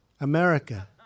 america